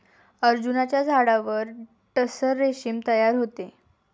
अर्जुनाच्या झाडावर टसर रेशीम तयार होते